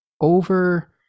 over